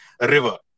river